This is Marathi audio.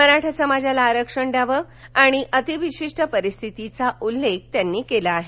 मराठा समाजाला आरक्षण द्यावे आणि अतिविशिष्ट परिस्थितीचा उल्लेख त्यांनी केला आहे